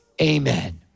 Amen